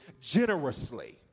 generously